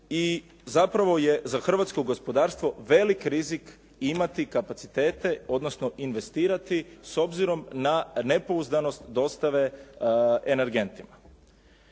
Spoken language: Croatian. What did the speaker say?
i zapravo je za hrvatsko gospodarstvo velik rizik imati kapacitete, odnosno investirati s obzirom na nepouzdanost dostave energentima.